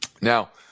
now